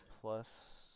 Plus